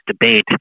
debate